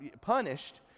punished